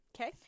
Okay